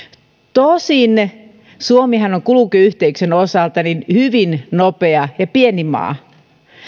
tosin suomihan on kulkuyhteyksien osalta hyvin nopea ja pieni maa